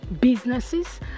businesses